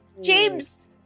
James